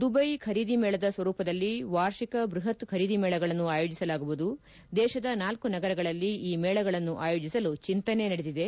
ದುವ್ಯೆ ಖರೀದಿ ಮೇಳದ ಸ್ವರೂಪದಲ್ಲಿ ವಾರ್ಷಿಕ ಬ್ಬಹತ್ ಖರೀದಿ ಮೇಳಗಳನ್ನು ಆಯೋಜಿಸಲಾಗುವುದು ದೇಶದ ನಾಲ್ಲು ನಗರಗಳಲ್ಲಿ ಈ ಮೇಳಗಳನ್ನು ಆಯೋಜಿಸಲು ಚಿಂತನೆ ನಡೆದಿದೆ